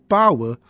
power